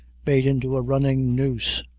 made into a running noose,